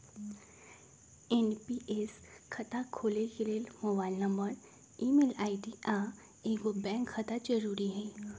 NPS खता खोले के लेल मोबाइल नंबर, ईमेल आई.डी, आऽ एगो बैंक खता जरुरी हइ